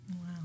Wow